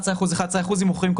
11 אחוזים,